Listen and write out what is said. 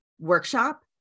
workshop